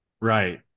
Right